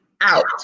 out